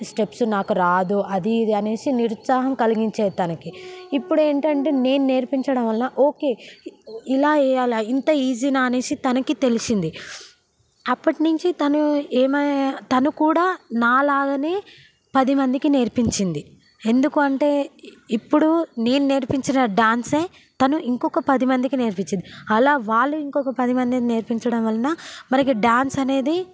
steps నాకు రాదు అది ఇది అనేసి నిరుత్సాహం కలిగించేది తనకి ఇప్పుడు ఏంటంటే నేను నేర్పించడం వలన ఓకే ఇలా వేయాలా ఇంత ఈజీనా అనేసి తనకు తెలిసింది అప్పటినుంచి తను ఏమి తను కూడా నాలాగనే పదిమందికి నేర్పించింది ఎందుకంటే ఇప్పుడు నేను నేర్పించిన డ్యాన్సే తను ఇంకొక పదిమందికి నేర్పించింది అలా వాళ్ళు ఇంకొక పదిమందికి నేర్పించడం వలన మనకు డ్యాన్సనేది